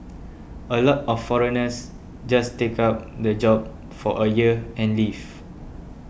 a lot of foreigners just take up the job for a year and leave